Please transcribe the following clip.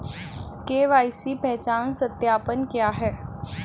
KYC पहचान सत्यापन क्या है?